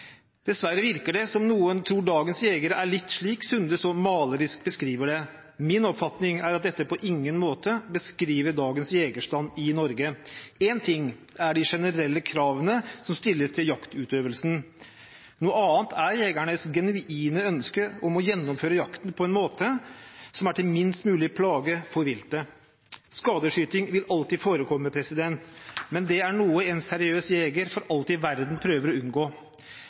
Dessverre virker det som om noen tror at dagens jegere er litt slik som Sunde så malerisk beskriver det. Min oppfatning er at dette på ingen måte beskriver dagens jegerstand i Norge. Én ting er de generelle kravene som stilles til jaktutøvelsen, noe annet er jegernes genuine ønske om å gjennomføre jakten på en måte som er til minst mulig plage for viltet. Skadeskyting vil alltid forekomme, men det er noe en seriøs jeger for alt i verden prøver å unngå.